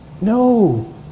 No